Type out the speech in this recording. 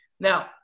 Now